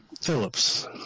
Phillips